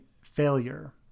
failure